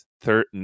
third